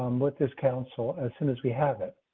um, what this council, as soon as we have it,